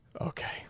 Okay